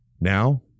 Now